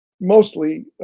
mostly